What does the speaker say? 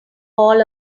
all